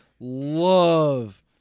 love